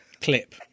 clip